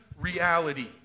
reality